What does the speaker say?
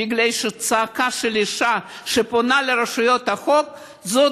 בגלל שצעקה של אישה שפונה לרשויות החוק זאת